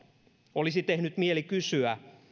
olisi tehnyt mieli kysyä